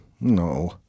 No